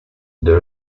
the